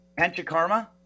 Panchakarma